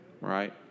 right